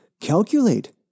calculate